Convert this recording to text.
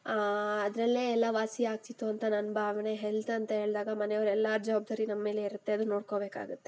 ಅದರಲ್ಲೇ ಎಲ್ಲ ವಾಸಿಯಾಗ್ತಿತ್ತು ಅಂತ ನನ್ನ ಭಾವನೆ ಹೆಲ್ತ್ ಅಂತ ಹೇಳಿದಾಗ ಮನೆಯವರೆಲ್ಲರ ಜವಾಬ್ದಾರಿ ನಮ್ಮ ಮೇಲೇ ಇರುತ್ತೆ ಅದನ್ನು ನೋಡ್ಕೋಬೇಕಾಗುತ್ತೆ